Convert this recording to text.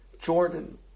Jordan